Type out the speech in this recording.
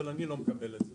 אבל אני לא מקבל את זה.